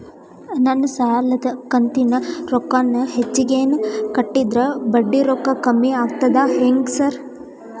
ನಾನ್ ಸಾಲದ ಕಂತಿನ ರೊಕ್ಕಾನ ಹೆಚ್ಚಿಗೆನೇ ಕಟ್ಟಿದ್ರ ಬಡ್ಡಿ ರೊಕ್ಕಾ ಕಮ್ಮಿ ಆಗ್ತದಾ ಹೆಂಗ್ ಸಾರ್?